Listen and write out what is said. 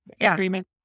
agreement